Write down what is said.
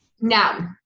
Now